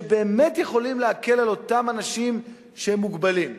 שבאמת יכולים להקל על אותם אנשים שהם מוגבלים.